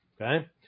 Okay